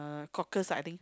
cockles lah I think